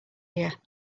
here